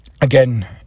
again